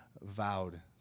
vowed